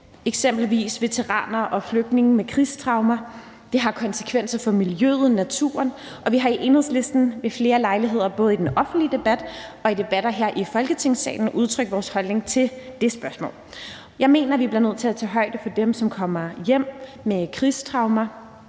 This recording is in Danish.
eksempelvis veteraner og flygtninge med krigstraumer. Det har konsekvenser for miljøet og naturen, og vi har i Enhedslisten ved flere lejligheder både i den offentlige debat og i debatter her i Folketingssalen udtrykt vores holdning til det spørgsmål. Jeg mener, at vi bliver nødt til at tage højde for dem, som kommer hjem med krigstraumer